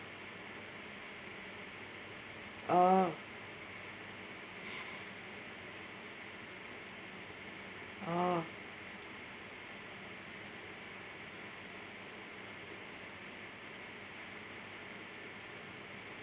oh oh